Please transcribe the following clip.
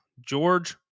George